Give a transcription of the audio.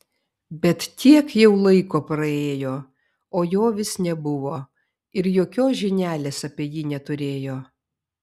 bet tiek jau laiko praėjo o jo vis nebuvo ir jokios žinelės apie jį neturėjo